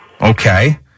Okay